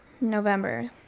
November